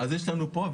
אז יש לנו פה,